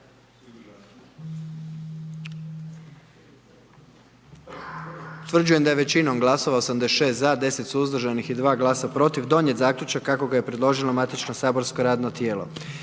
Utvrđujem da je većinom glasova 78 za i 1 suzdržan i 20 protiv donijet zaključak kako ga je predložilo matično saborsko radno tijelo.